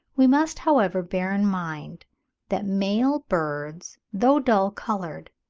we must, however, bear in mind that male birds, though dull-coloured,